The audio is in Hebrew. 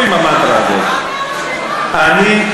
היום,